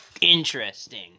interesting